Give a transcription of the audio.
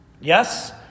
Yes